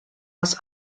was